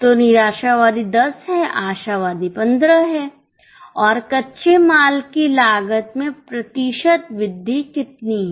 तो निराशावादी 10 है आशावादी 15 है और कच्चे माल की लागत में प्रतिशत वृद्धि कितनी है